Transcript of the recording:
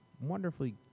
wonderfully